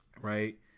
right